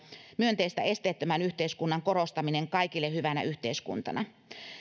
myönteistä esteettömän yhteiskunnan korostaminen kaikille hyvänä yhteiskuntana